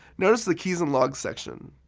notice the keys and log section.